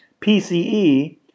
PCE